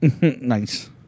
Nice